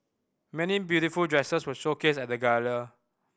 many beautiful dresses were showcased at the gala